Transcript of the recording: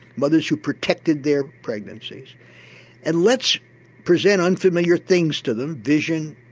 mothers who protected their pregnancies and let's present unfamiliar things to them, vision,